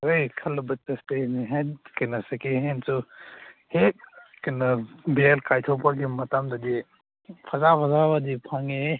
ꯀꯩꯅꯣ ꯁꯦꯀꯦꯟ ꯍꯦꯟꯁꯨ ꯍꯦꯛ ꯀꯩꯅꯣ ꯕꯦꯜ ꯀꯥꯏꯊꯣꯛꯄꯒꯤ ꯃꯇꯥꯡꯗꯗꯤ ꯐꯖ ꯐꯖꯕꯗꯤ ꯐꯪꯉꯦꯍꯦ